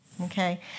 Okay